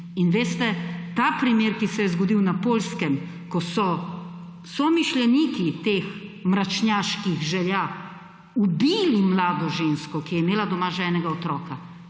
Veste, ta primer, ki se je zgodil na Poljskem, ko so somišljeniki teh mračnjaških želja ubili mlado žensko, ki je imela doma že enega otroka